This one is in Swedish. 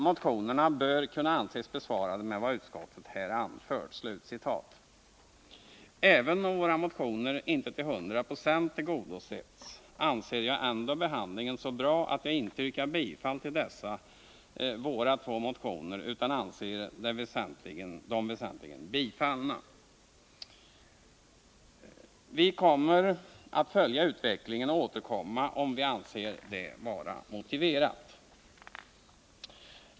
Motionerna bör kunna anses besvarade med vad utskottet här anfört.” Även om våra motioner inte tillgodosetts till 100 20, anser jag behandlingen så bra att jag inte yrkar bifall till dem. Jag anser att de i allt väsentligt har bifallits. Vi kommer att följa utvecklingen och återkommer, om vi anser det motiverat.